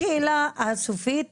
השאלה הסופית היא,